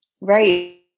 Right